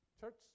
Church